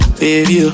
baby